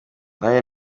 nanjye